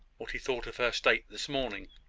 what he thought of her state this morning.